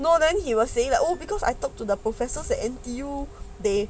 no then he will say that oh because I talk to the professor in N_T_U they